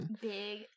Big